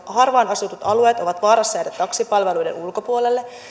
harvaan asutut alueet ovat vaarassa jäädä taksipalveluiden ulkopuolelle